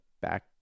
back